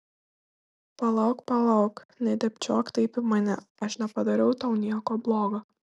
palauk palauk nedėbčiok taip į mane aš nepadariau tau nieko blogo